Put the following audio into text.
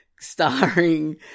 starring